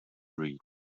read